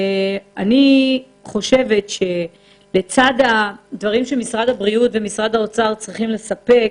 אני חושבת שלצד הדברים שהאוצר והבריאות צריכים לספק,